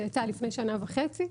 שיצא לפני שנה וחצי.